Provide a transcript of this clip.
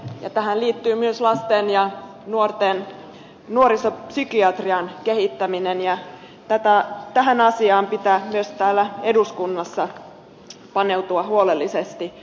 tähän liittyy myös lasten ja nuorisopsykiatrian kehittäminen ja tähän asiaan pitää myös täällä eduskunnassa paneutua huolellisesti